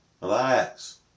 Relax